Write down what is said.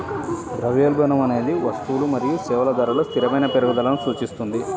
ద్రవ్యోల్బణం అనేది వస్తువులు మరియు సేవల ధరలలో స్థిరమైన పెరుగుదలను సూచిస్తుంది